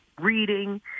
reading